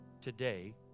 Today